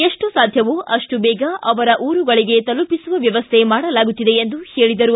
ಎಷ್ಟು ಸಾಧ್ಯವೂ ಅಷ್ಟು ದೇಗ ಅವರ ಊರುಗಳಗೆ ತಲುಪಿಸುವ ವ್ಯವಸ್ಥೆ ಮಾಡಲಾಗುತ್ತಿದೆ ಎಂದು ಹೇಳಿದರು